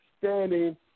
standing